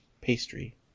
pastry